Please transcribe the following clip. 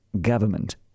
government